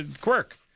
quirk